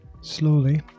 Slowly